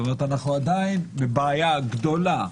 זאת אומרת, אנחנו עדיין בבעיה גדולה,